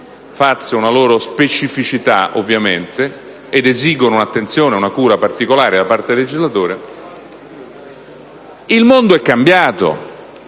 il mondo è cambiato.